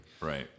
right